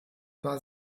war